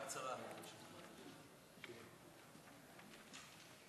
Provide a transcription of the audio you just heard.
ההצעה להעביר את הנושא לוועדה שתקבע ועדת הכנסת נתקבלה.